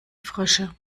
frösche